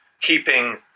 keeping